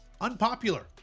unpopular